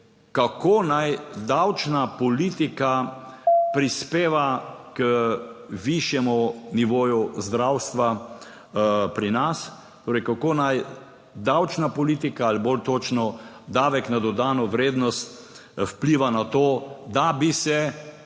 kako naj davčna politika prispeva k višjemu nivoju zdravstva pri nas. Torej, kako naj davčna politika ali, bolj točno, davek na dodano vrednost vpliva na to, da bi se